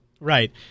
Right